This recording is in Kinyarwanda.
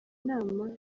nama